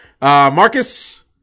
Marcus